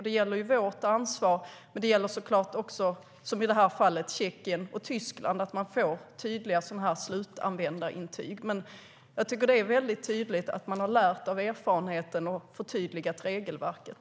Det är vårt ansvar men i det här fallet såklart också Tjeckiens och Tysklands att man får tydliga slutanvändarintyg. Jag tycker att det är tydligt att man har lärt av erfarenheten och förtydligat regelverket.